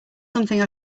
something